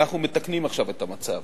אנחנו מתקנים עכשיו את המצב